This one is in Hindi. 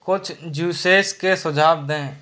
कुछ ज्यूसेस के सुझाव दें